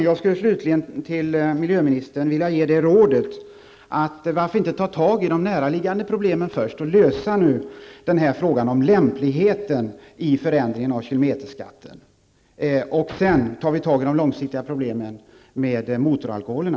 Jag vill slutligen ge miljöministern rådet att nu gripa sig an de näraliggande problemen och då först lämpligheten av förändringen när det gäller kilometerskatten och därefter de långsiktiga problemen med motoralkoholerna.